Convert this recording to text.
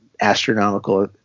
astronomical